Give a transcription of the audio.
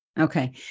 Okay